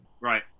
Right